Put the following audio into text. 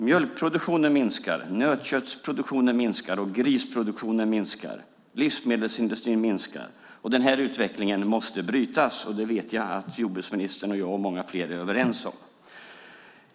Mjölkproduktionen minskar, nötköttsproduktionen minskar, grisproduktionen minskar och livsmedelsindustrin minskar. Den här utvecklingen måste brytas, och jag vet att jag och jordbruksministern och många fler är överens om det.